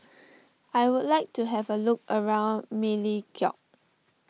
I would like to have a look around Melekeok